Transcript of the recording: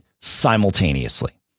simultaneously